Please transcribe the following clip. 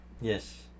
Yes